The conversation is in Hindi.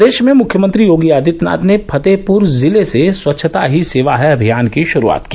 प्रदेश में मुख्यमंत्री योगी आदित्यनाथ ने फतेहपुर जिले से स्वच्छता ही सेवा है अभियान की शुरूआत की